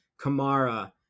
Kamara